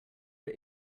but